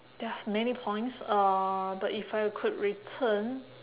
there are many points uh but if I could return